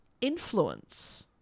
influence